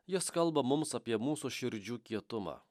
jis kalba mums apie mūsų širdžių kietumą